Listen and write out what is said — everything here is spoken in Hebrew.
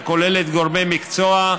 הכוללת גורמי מקצוע,